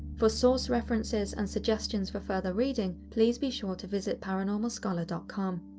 for source references and suggestions for further reading, please be sure to visit paranormalscholar ah com.